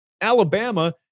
Alabama